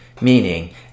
meaning